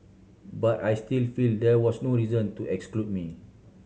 but I still feel there was no reason to exclude me